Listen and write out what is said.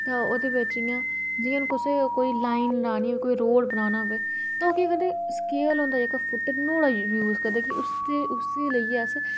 ते ओह्दे बिच इ'यां जि'यां कुसै कोई लाईन बनानी होऐ रोड़ बनाना होऐ ते ओह् केह् करदे स्केल होंदा जेह्का फुट्ट नुहाड़ा यूज़ करदे ते उसी लेइयै अस